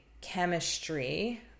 chemistry